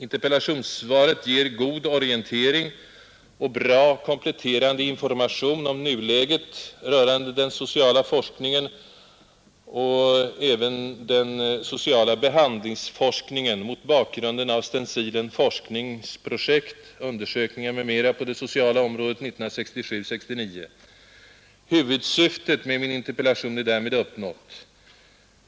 Interpellationssvaret ger god orientering och bra kompletterande information om nuläget rörande den sociala forskningen och även om den sociala behandlingsforskningen mot bakgrunden av stencilen Forskningsprojekt, undersökningar m.m. på det sociala området 1967—1969. Huvudsyftet med min interpellation är därmed uppnått.